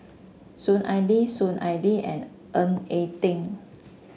Soon Ai Ling Soon Ai Ling and Ng Eng Teng